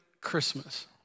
Christmas